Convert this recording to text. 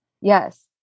Yes